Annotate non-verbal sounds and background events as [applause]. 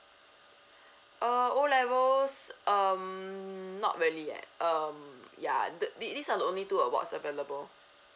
[breath] uh O levels um not really yet um yeah the this this are the only two awards available